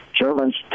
Germans